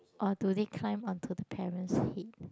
or do they climb onto the parents to hit